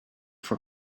for